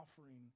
offering